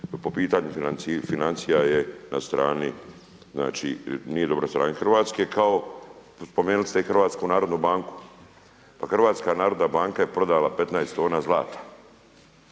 po pitanju financija je na strani znači, nije dobro na strani Hrvatske. Kao spomenuli ste i Hrvatsku narodnu banku. Pa Hrvatska narodna banka je prodala 15 tona zlata.